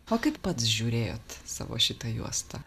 o kaip pats žiūrėjot savo šitą juostą